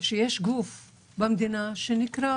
שיש גוף במדינה שנקרא